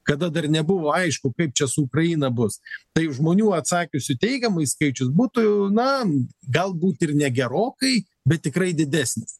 kada dar nebuvo aišku kaip čia su ukraina bus tai žmonių atsakiusių teigiamai skaičius būtų na galbūt ir ne gerokai bet tikrai didesnis